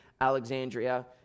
Alexandria